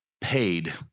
paid